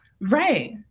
right